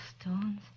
stones